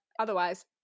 Otherwise